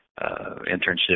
internship